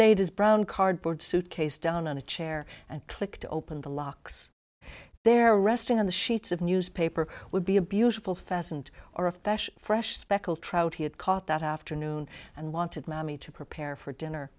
his brown cardboard suitcase down on a chair and click to open the locks there resting on the sheets of newspaper would be a beautiful pheasant or of fresh speckled trout he had caught that afternoon and wanted mammy to prepare for dinner